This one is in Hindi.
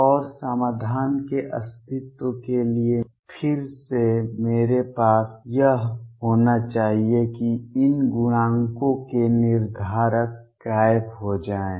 और समाधान के अस्तित्व के लिए फिर से मेरे पास यह होना चाहिए कि इन गुणांकों के निर्धारक गायब हो जाएं